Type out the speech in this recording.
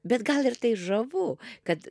bet gal ir tai žavu kad